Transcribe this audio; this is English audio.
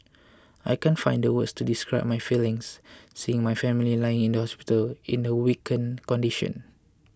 I can't find the words to describe my feelings seeing my family lying in the hospital in a weakened condition